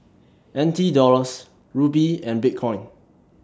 N T Dollars Rupee and Bitcoin